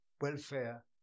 welfare